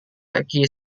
laki